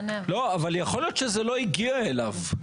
אבל יכול להיות שזה לא הגיע אליו.